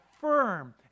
firm